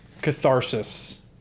catharsis